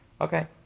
Okay